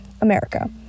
America